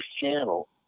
channel